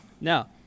Now